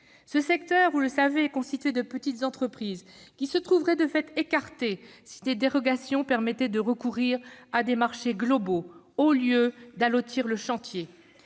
Ce secteur est constitué de petites entreprises qui se trouveraient, de fait, écartées si des dérogations permettaient de recourir à des marchés globaux au lieu d'allotir le chantier.